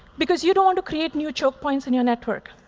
because you don't want to create new choke points in your network.